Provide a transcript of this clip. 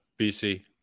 BC